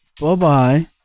Bye-bye